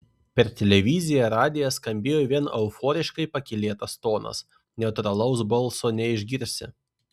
per televiziją radiją skambėjo vien euforiškai pakylėtas tonas neutralaus balso neišgirsi